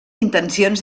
intencions